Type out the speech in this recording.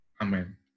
Amen